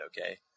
Okay